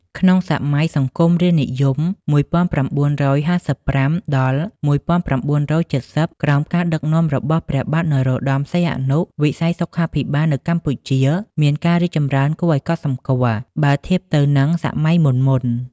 ក្នុងសម័យសង្គមរាស្រ្តនិយម ១៩៥៥-១៩៧០ ក្រោមការដឹកនាំរបស់ព្រះបាទនរោត្តម សីហនុ វិស័យសុខាភិបាលនៅកម្ពុជាមានការរីកចម្រើនគួរឱ្យកត់សម្គាល់ បើធៀបទៅនឹងសម័យមុនៗ។